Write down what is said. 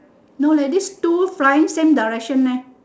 no leh these two flying same direction eh